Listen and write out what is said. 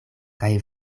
kaj